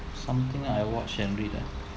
something I watch and read ah